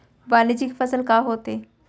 वाणिज्यिक फसल का होथे?